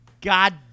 God